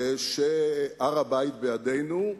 שהר-הבית בידינו,